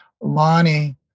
Lonnie